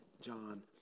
John